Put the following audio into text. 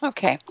Okay